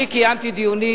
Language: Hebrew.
קיימתי דיונים,